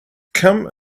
come